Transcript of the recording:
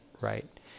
right